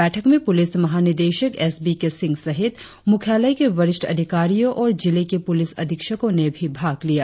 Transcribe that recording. बैठक में पुलिस महानिदेशक एस बी के सिंह सहित मुख्यालय के वरिष्ठ अधिकारियों और जिले के पुलिस अधीक्षकों ने भी भाग लिया